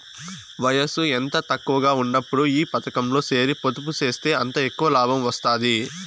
వయసు ఎంత తక్కువగా ఉన్నప్పుడు ఈ పతకంలో సేరి పొదుపు సేస్తే అంత ఎక్కవ లాబం వస్తాది